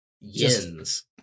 Yin's